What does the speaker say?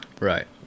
Right